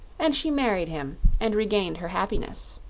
and she married him and regained her happiness.